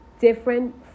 different